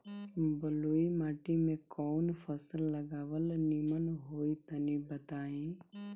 बलुई माटी में कउन फल लगावल निमन होई तनि बताई?